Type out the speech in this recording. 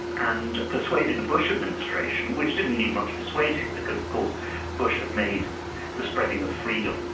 and persuaded the bush administration, which didn't need much persuading, because of course bush had made the spreading of freedom,